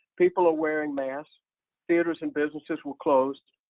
people are wearing masks theaters and businesses were closed.